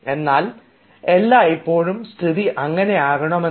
എന്നാൽ എല്ലായ്പ്പോഴും സ്ഥിതി അങ്ങനെ ആകണമെന്നില്ല